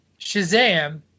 Shazam